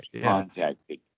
contacted